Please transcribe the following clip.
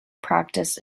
practiced